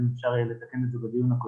אז אם אפשר לתקן את זה ולעדכן בדיון הקודם.